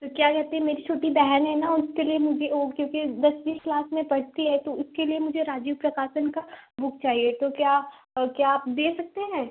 तो क्या कहते हैं मेरी छोटी बहन है न उसके लिए मुझे वो क्योंकि दसवीं क्लास में पढ़ती है तो उसके लिए मुझे राजीव प्रकाशन का बुक चाहिए तो क्या क्या आप दे सकते हैं